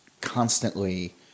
constantly